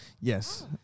yes